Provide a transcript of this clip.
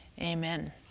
Amen